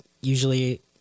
usually